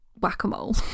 whack-a-mole